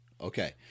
Okay